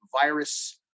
virus